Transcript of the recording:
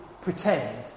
pretend